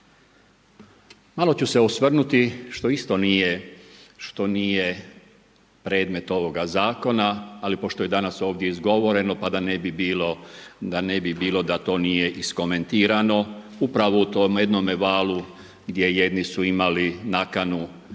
Malo ću se osvrnuti što isto nije predmet ovoga zakona, ali pošto je danas ovdje izgovoreno pa da ne bi bilo da to nije iskomentirano. Upravo u tome jednome valu gdje jedni su imali nakanu